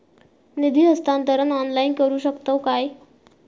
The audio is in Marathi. निधी हस्तांतरण ऑनलाइन करू शकतव काय?